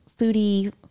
foodie